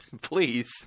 Please